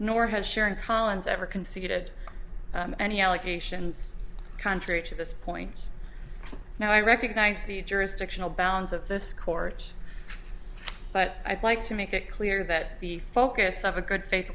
nor has sharon collins ever conceded any allegations contrary to this point now i recognize the jurisdictional bounds of this court but i'd like to make it clear that the focus of a good faith